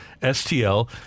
STL